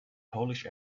polish